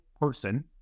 person